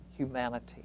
humanity